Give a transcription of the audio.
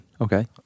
okay